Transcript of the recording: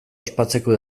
ospatzeko